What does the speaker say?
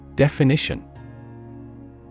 Definition